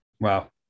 Wow